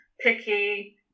picky